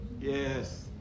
Yes